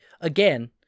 again